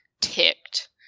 ticked